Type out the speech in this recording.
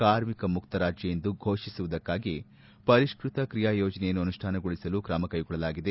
ಕಾರ್ಮಿಕ ಮುಕ್ತ ರಾಜ್ಯ ಎಂದು ಫೋಷಿಸುವುದಕ್ಕಾಗಿ ಪರಿಷ್ಟತ ಕ್ರಿಯಾ ಯೋಜನೆಯನ್ನು ಅನುಷ್ಟಾನಗೊಳಿಸಲು ಕ್ರಮಕೈಗೊಳ್ಳಲಾಗಿದೆ